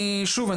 שוב,